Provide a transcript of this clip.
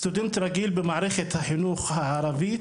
לסטודנט רגיל במערכת החינוך הערבית